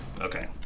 Okay